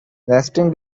nesting